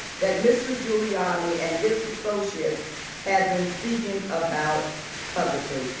that mr. giuliani and his associates had been speaking about publicly.